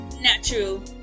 natural